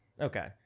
Okay